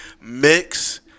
mix